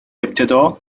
ابتدا